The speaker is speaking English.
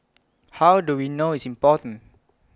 how do we know it's important